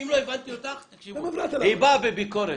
באה בביקורת.